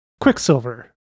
Quicksilver